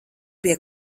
pie